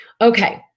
Okay